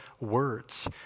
words